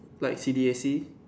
like C_D_A_C